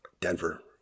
denver